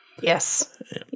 Yes